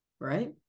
right